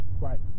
Right